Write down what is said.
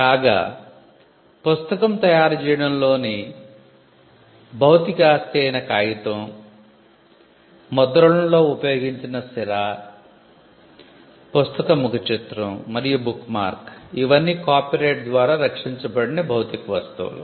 కాగా పుస్తకం తయారు చేయడంలోని భౌతిక ఆస్తి అయిన కాగితం ముద్రణలో ఉపయోగించిన సిరా పుస్తక ముఖ చిత్రం మరియు బుక్మార్క్ ఇవన్నీ కాపీరైట్ ద్వారా రక్షించబడని భౌతిక వస్తువులు